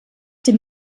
dem